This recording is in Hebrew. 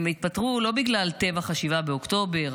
הם התפטרו לא בגלל טבח 7 באוקטובר,